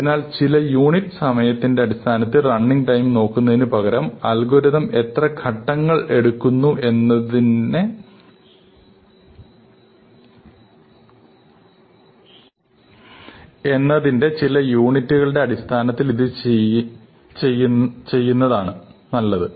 അതിനാൽ ചില യൂണിറ്റ് സമയത്തിന്റെ അടിസ്ഥാനത്തിൽ റണ്ണിങ് ടൈം നോക്കുന്നതിനുപകരം അൽഗോരിതം എത്ര ഘട്ടങ്ങൾ എടുക്കുന്നു എന്നതിന്റെ ചില യൂണിറ്റുകളുടെ അടിസ്ഥാനത്തിൽ ഇത് ചെയ്യുന്നതാണ് നല്ലത്